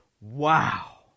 Wow